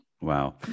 Wow